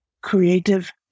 creative